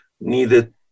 needed